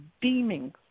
beaming